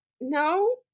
no